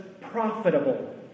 profitable